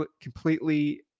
completely